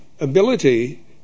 ability